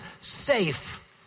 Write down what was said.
safe